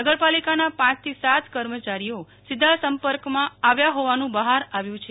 નગરપાલિકાના પાંચથી સાત કર્મચારીઓ સીધા સંપર્કમાં હોવાનું બહાર આવ્યું છે